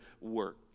work